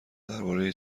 درباره